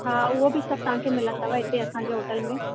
हा उहो बि सभु तव्हांखे मिलंदव हिते असांजे होटल में